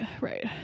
right